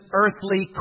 earthly